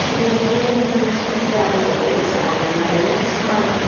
your brain then takes that as the baseline and then the next time,